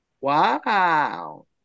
Wow